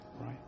right